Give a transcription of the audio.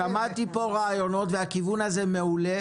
שמעתי פה רעיונות, והכיוון הזה מעולה.